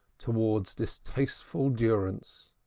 towards distasteful durance.